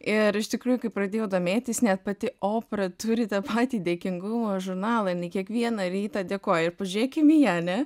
ir iš tikrųjų kai pradėjau domėtis net pati opra turi tą patį dėkingumo žurnalą jinai kiekvieną rytą dėkoja ir pažiūrėkim į ją ane